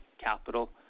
capital